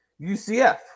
UCF